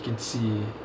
can see